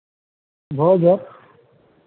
भऽ जायत